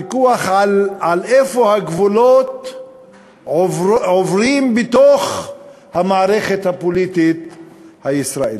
ויכוח על איפה הגבולות עוברים בתוך המערכת הפוליטית הישראלית.